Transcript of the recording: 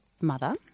mother